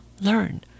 learn